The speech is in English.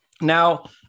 Now